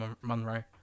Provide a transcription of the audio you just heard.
Monroe